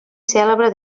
cèlebre